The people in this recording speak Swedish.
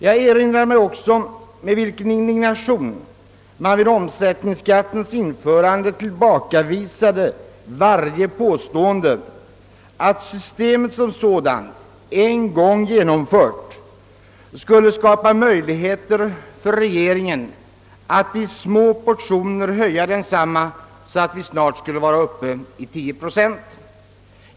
Jag erinrar mig också med vilken indignation man vid omsättningsskattens införande tillbakavisade varje påstående att systemet som sådant, en gång genomfört, skulle skapa möjligheter för regeringen att i små portioner höja omsättningsskatten så att vi snart skulle vara uppe i tio procent.